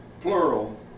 plural